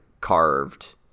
carved